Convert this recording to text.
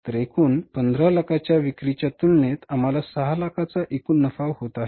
तर एकूण 1500000 च्या विक्रीच्या तुलनेत आम्हाला 600000 चा एकूण नफा होत आहे